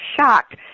shocked